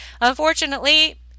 unfortunately